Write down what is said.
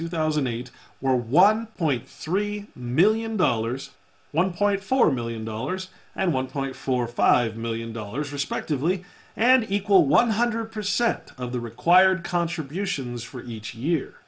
two thousand and eight were one point three million dollars one point four million dollars and one point four five million dollars respectively and equal one hundred percent of the required contributions for each year